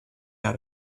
out